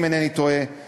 אם אינני טועה,